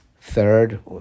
third